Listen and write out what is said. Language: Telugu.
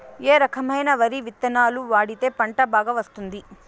ఏ రకమైన వరి విత్తనాలు వాడితే పంట బాగా వస్తుంది?